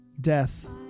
death